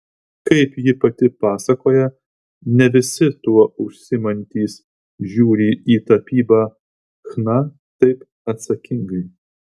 kaip ji pati pasakoja ne visi tuo užsiimantys žiūri į tapybą chna taip atsakingai